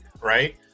right